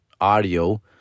audio